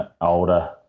older